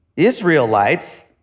Israelites